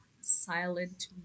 silent